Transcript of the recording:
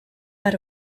out